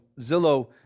Zillow